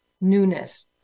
newness